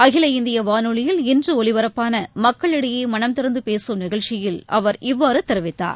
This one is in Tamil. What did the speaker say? அகில இந்திய வானொலியில் இன்று ஒலிபரப்பான மக்களிடையே மனந்திறந்து பேசும் நிகழ்ச்சியில் அவர் இவ்வாறு தெரிவித்தார்